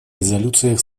резолюциях